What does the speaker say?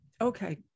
Okay